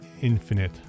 infinite